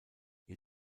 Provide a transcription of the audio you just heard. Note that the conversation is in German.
ihr